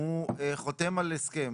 הוא חותם על הסכם